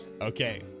Okay